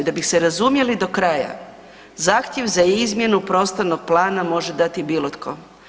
Da bi se razumjeli do kraja, zahtjev za izmjenu prostornog plana može dati bilo tko.